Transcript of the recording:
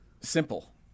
simple